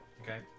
Okay